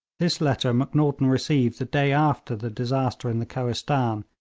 this letter macnaghten received the day after the disaster in the kohistan,